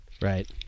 right